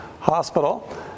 Hospital